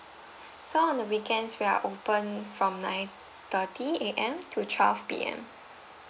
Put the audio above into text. so on the weekends we are open from nine thirty A_M to twelve P_M